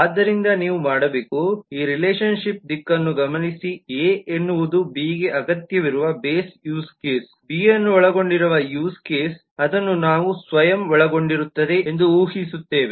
ಆದ್ದರಿಂದ ನೀವು ಮಾಡಬೇಕು ಈ ರಿಲೇಶನ್ಶಿಪ್ ದಿಕ್ಕನ್ನು ಗಮನಿಸಿ ಎ ಎನ್ನುವುದು ಬಿಗೆ ಅಗತ್ಯವಿರುವ ಬೇಸ್ ಯೂಸ್ ಕೇಸ್ ಬಿ ಅನ್ನು ಒಳಗೊಂಡಿರುವ ಯೂಸ್ ಕೇಸ್ ಅದನ್ನು ನಾವು ಸ್ವಯಂ ಒಳಗೊಂಡಿರುತ್ತದೆ ಎಂದು ಊಹಿಸುತ್ತೇವೆ